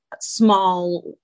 small